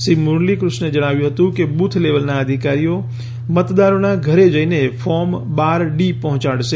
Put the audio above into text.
શ્રી મુરલીકૃષણે જણાવ્યું હતુ કે બુથ લેવલના અધિકારી આ મતદારોના ઘરે જઈને ફોર્મ બાર ડી પહોંચાડશે